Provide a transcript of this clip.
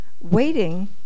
waiting